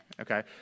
okay